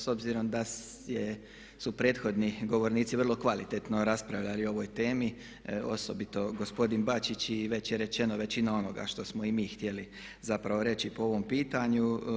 S obzirom da su prethodni govornici vrlo kvalitetno raspravljali o ovoj temi, osobito gospodin Bačić i već je rečena većina onoga što smo i mi htjeli zapravo reći po ovom pitanju.